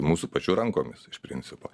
mūsų pačių rankomis iš principo